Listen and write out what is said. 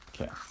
Okay